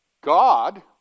God